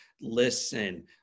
listen